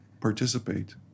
participate